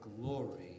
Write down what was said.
glory